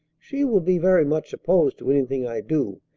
she will be very much opposed to anything i do,